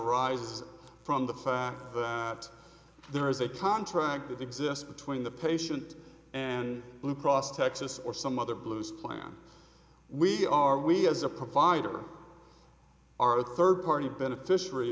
arises from the fact that there is a contract that exists between the patient and blue cross texas or some other blues plan we are we as a provider our third party beneficiary